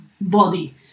body